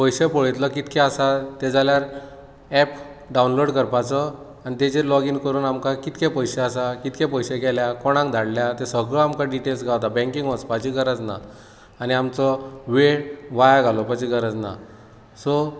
पयशें पळयतलो कितकें आसा ते जाल्यार ऐप डावनलोड करपाचो आनी ताचेर लॅागिन करून आमकां कितलें पयशें आसा कितलें पयशें गेल्या कोणाक धाडल्या तें सगळो आमकां डिटेल्स गावतात बँकेन वचपाची गरज ना ना जाल्यार आमचो वेळ वाया घालोवपाची गरज ना सो